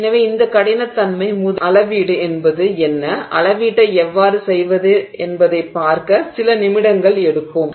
எனவே இந்த கடினத்தன்மை அளவீடு என்பது என்ன அளவீட்டை எவ்வாறு செய்வது என்பதைப் பார்க்க சில நிமிடங்கள் எடுப்போம்